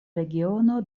regiono